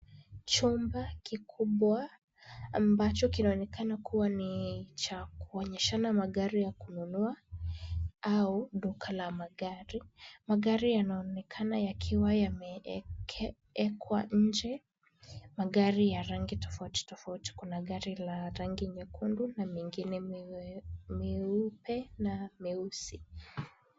Chumba kikubwa ambacho kinaonekana kuwa ni cha kuonyeshana magari ya kununua au duka la magari. Magari yanaonekana yakiwa yameekwa nje, magari ya rangi tofauti tofauti. Kuna gari la rangi nyekundu na mengine meupe na meusi.